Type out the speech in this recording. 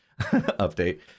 update